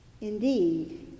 indeed